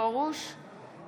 זו הדרך לרפא את הנפש,